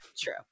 true